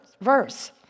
verse